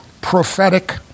prophetic